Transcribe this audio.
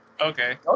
Okay